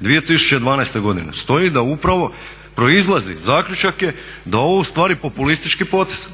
2012. godine stoji da upravo proizlazi, zaključak je da je ovo u stvari populistički potez